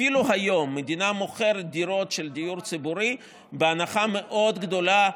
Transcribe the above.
אפילו היום המדינה מוכרת דירות של דיור ציבורי בהנחה מאוד גדולה,